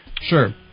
Sure